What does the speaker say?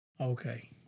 Okay